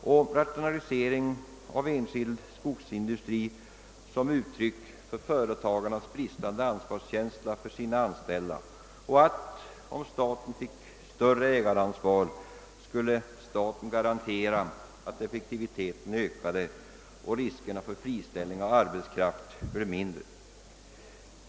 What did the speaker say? Man skildrar rationaliseringar av enskild skogsindustri som uttryck för företagarnas bristande ansvar för sina anställda och gör gällande att staten, om staten finge större ägaransvar, skulle garantera att effektiviteten ökade och att riskerna för friställning av arbetskraft bleve mindre.